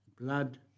blood